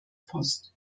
post